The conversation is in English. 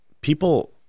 people